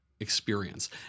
experience